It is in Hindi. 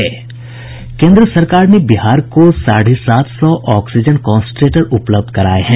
केन्द्र सरकार ने बिहार को साढ़े सात सौ ऑक्सीजन कांस्ट्रेटर उपलब्ध कराये हैं